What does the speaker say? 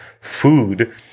food